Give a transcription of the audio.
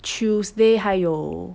tuesday 还有